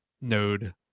node